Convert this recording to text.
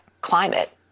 climate